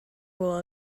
will